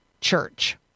church